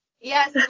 Yes